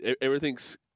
everything's